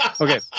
Okay